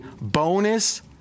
bonus